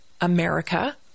America